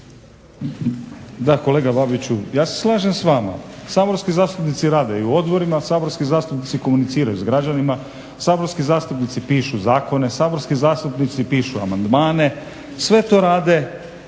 Da kolega Babiću ja se slažem s vama. Saborski zastupnici rade i u odborima, saborski zastupnici komuniciraju s građanima, saborski zastupnici pišu zakone, saborski zastupnici pišu amandmane sve to rade